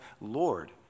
Lord